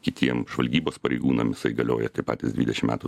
kitiem žvalgybos pareigūnam jisai galioja tie patys dvidešimt metų